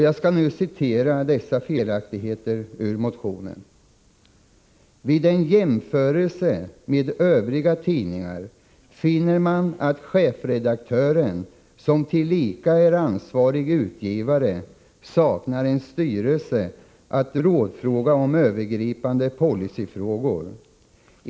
Jag skall nu citera dessa felaktigheter ur motionen: ”Vid en jämförelse med övriga tidningar finner man att chefredaktören — som tillika är ansvarig utgivare — saknar en styrelse att rådfråga om övergripande policyfrågor.